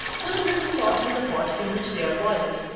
put a little salt in the pot in which they are boiled.